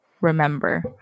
remember